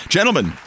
Gentlemen